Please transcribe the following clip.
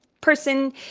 person